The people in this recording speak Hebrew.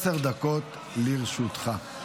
עשר דקות לרשותך.